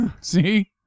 See